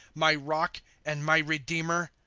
my rock, and my redeemer.